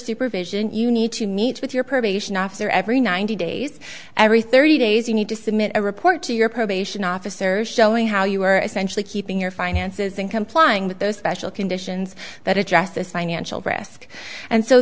supervision you need to meet with your probation officer every ninety days every thirty days you need to submit a report to your probation officer showing how you are essentially keeping your finances in complying with those special conditions that address this financial risk and so